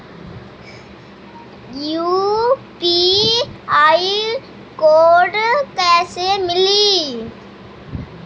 UPI code कैसे मिली?